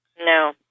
No